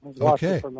Okay